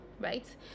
right